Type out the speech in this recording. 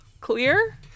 clear